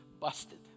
busted